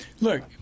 Look